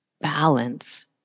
balance